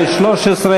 התשע"ד 2013,